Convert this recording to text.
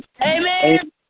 Amen